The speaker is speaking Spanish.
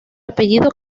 apellido